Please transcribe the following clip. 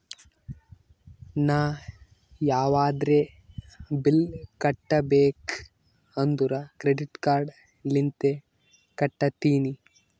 ನಾ ಯಾವದ್ರೆ ಬಿಲ್ ಕಟ್ಟಬೇಕ್ ಅಂದುರ್ ಕ್ರೆಡಿಟ್ ಕಾರ್ಡ್ ಲಿಂತೆ ಕಟ್ಟತ್ತಿನಿ